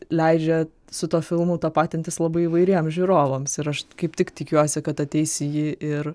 leidžia su tuo filmu tapatintis labai įvairiem žiūrovams ir aš kaip tik tikiuosi kad ateis į jį ir